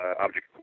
object